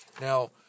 Now